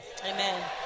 amen